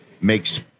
makes